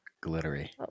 Glittery